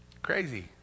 Crazy